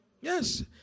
Yes